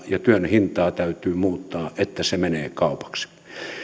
ja työn hintaa täytyy muuttaa että se menee kaupaksi